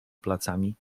placami